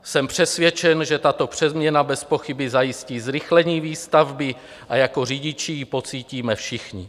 Jsem přesvědčen, že tato přeměna bezpochyby zajistí zrychlení výstavby, a jako řidiči ji pocítíme všichni.